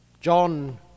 John